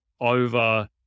over